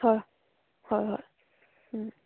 হয় হয় হয়